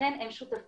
ולכן הם שותפים.